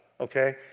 okay